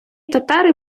татари